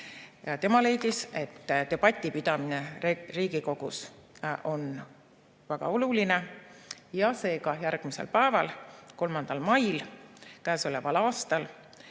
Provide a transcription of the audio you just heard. Tema leidis, et debati pidamine Riigikogus on väga oluline. Seega, järgmisel päeval, 3. mail käesoleval aastal